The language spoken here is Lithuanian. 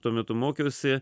tuo metu mokiausi